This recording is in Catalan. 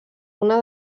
una